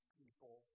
people